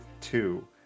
two